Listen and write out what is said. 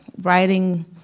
writing